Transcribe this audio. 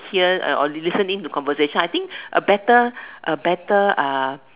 hear or listen in to conversations I think a better a better